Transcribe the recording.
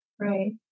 right